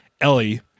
Ellie